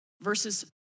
Verses